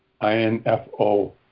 I-N-F-O